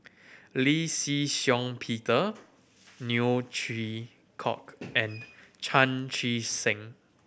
Lee Shih Shiong Peter Neo Chwee Kok and Chan Chee Seng